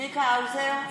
צבי האוזר,